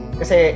Kasi